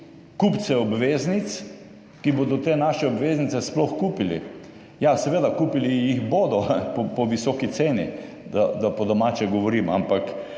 kupce, ki bodo te naše obveznice sploh kupili. Ja, seveda, kupili jih bodo po visoki ceni, če govorim po